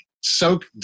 soak